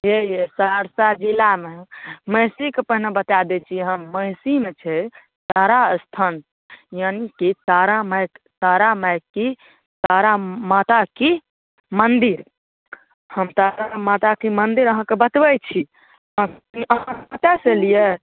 हे अइ सहरसा जिलामे महिषीके पहिने बता दै छी हम महिषीमे छै तारा अस्थान यानी कि तारा माइ तारा माइ तारा माताकी मन्दिर हम तारा माताकी मन्दिर अहाँके बतबै छी अहाँ कतऽ सँ अएलिए